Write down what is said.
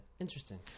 interesting